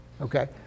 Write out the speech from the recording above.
okay